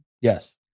Yes